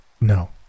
No